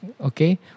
okay